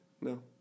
No